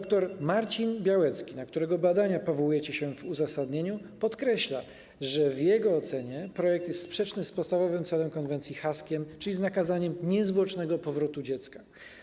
Dr Marcin Białecki, na którego badania powołujecie się w uzasadnieniu, podkreśla, że w jego ocenie projekt jest sprzeczny z podstawowym celem konwencji haskiej, czyli z nakazaniem niezwłocznego powrotu dziecka.